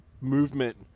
movement